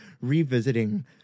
revisiting